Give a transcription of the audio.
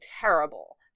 terrible